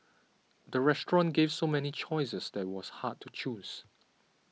the restaurant gave so many choices that was hard to choose